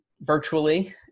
virtually